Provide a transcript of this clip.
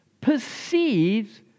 perceives